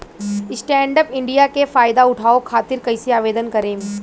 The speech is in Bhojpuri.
स्टैंडअप इंडिया के फाइदा उठाओ खातिर कईसे आवेदन करेम?